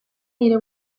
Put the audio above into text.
nire